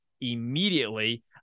immediately